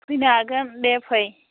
फैनो हागोन दे फै